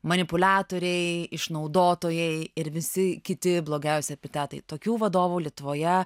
manipuliatoriai išnaudotojai ir visi kiti blogiausi epitetai tokių vadovų lietuvoje